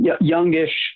youngish